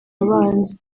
abanzi